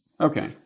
Okay